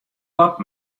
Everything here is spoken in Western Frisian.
wat